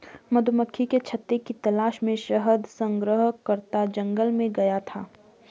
मधुमक्खी के छत्ते की तलाश में शहद संग्रहकर्ता जंगल में गया था